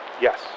Yes